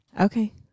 okay